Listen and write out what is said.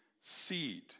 seed